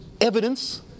evidence